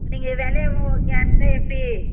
நீங்கள் விலைய ஓ கேட்டால் எப்படி